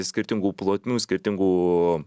skirtingų plotmių skirtingų